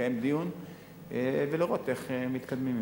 לקיים דיון ולראות איך מתקדמים.